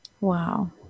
wow